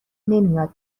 نمیاد